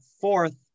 fourth